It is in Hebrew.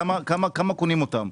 כמה קונים אותם.